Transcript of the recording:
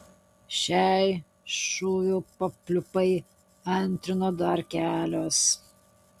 šiai šūvių papliūpai antrino dar kelios